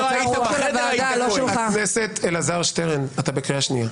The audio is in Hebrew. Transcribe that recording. חבר הכנסת אלעזר שטרן, אתה בקריאה שנייה.